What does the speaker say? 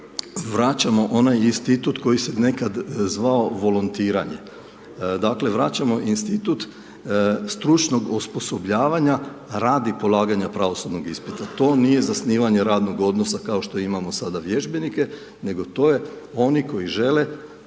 vraćamo onaj institut koji se nekad zvao volontiranje. Dakle, vraćamo institut stručnog osposobljavanja radi polaganja pravosudnog ispita, to nije zasnivanje radnog odnosa, kao što imamo sada vježbenike, nego to je, oni koji žele